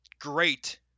great